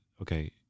okay